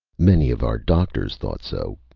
many of our doctors thought so,